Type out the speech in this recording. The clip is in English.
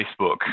Facebook